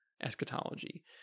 Eschatology